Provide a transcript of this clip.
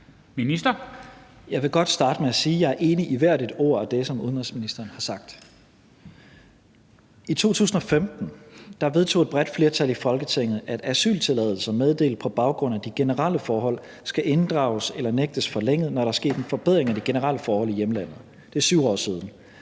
Jeg vil godt starte med at sige, at jeg er enig i hvert et ord af det, som udenrigsministeren har sagt. I 2015 vedtog et bredt flertal i Folketinget, at asyltilladelser, meddelt på baggrund af de generelle forhold, skal inddrages eller nægtes forlænget, når der er sket en forbedring af de generelle forhold i hjemlandet. Det er 7 år siden.